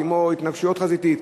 כמו התנגשות חזיתית?